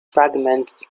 fragments